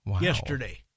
yesterday